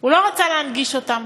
הוא לא רצה להנגיש אותם,